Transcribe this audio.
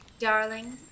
Darling